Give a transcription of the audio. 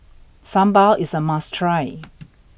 Sambar is a must try